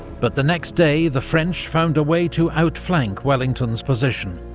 but the next day, the french found a way to outflank wellington's position,